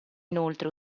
inoltre